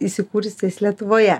įsikūrusiais lietuvoje